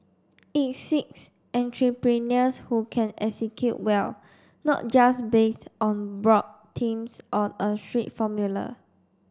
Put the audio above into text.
it seeks entrepreneurs who can execute well not just based on broad themes or a strict formula